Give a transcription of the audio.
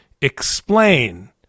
explain